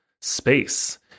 space